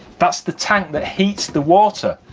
that's the tank that heats the water.